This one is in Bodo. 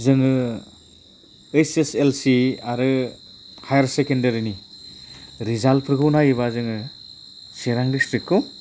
जोङो ऐत्स एस एल सि आरो हायार सेकेन्दारिनि रिजाल्टफोरखौ नायोबा जोङो चिरां डिस्ट्रिक्टखौ